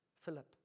Philip